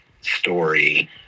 story